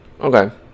Okay